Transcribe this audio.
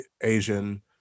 Asian